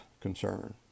concern